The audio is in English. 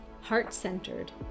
heart-centered